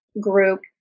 group